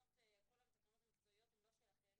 כל התקנות המקצועיות הן לא שלכם